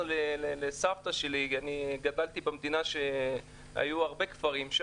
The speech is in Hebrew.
אני גדלתי במדינה שהיו בה הרבה כפרים.